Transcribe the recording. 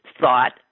thought